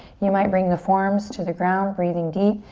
you might bring the forearms to the ground, breathing deep.